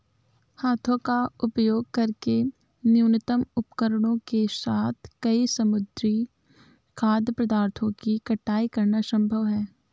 हाथों का उपयोग करके न्यूनतम उपकरणों के साथ कई समुद्री खाद्य पदार्थों की कटाई करना संभव है